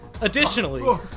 Additionally